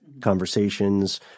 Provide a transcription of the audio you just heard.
conversations